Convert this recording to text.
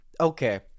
okay